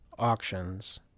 auctions